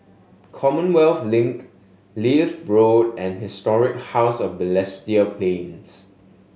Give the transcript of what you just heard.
Commonwealth Link Leith Road and Historic House of Balestier Plains